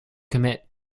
commit